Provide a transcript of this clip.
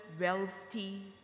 wealthy